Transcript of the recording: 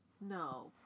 No